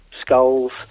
skulls